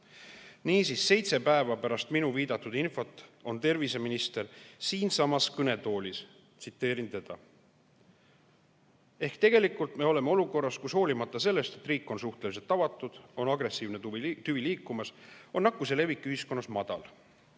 Niisiis, seitse päeva pärast minu viidatud infot on terviseminister siinsamas kõnetoolis. Tsiteerin teda: "Tegelikult me oleme olukorras, kus hoolimata sellest, et riik on suhteliselt avatud ja agressiivne tüvi levib, on nakkuse levik ühiskonnas madal."